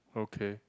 okay